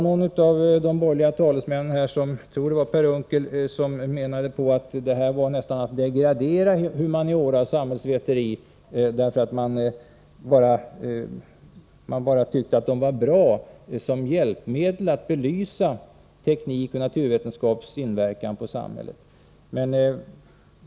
Någon av de borgerliga talesmännen — jag tror det var Per Unckel — menade att man degraderade humaniora och samhällsvetenskap, eftersom man enbart betonade deras betydelse som hjälpmedel att belysa teknikens och naturvetenskapens inverkan på samhället.